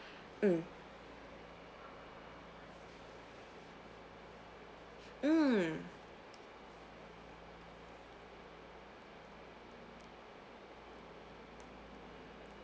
mm mm